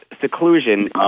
seclusion